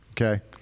Okay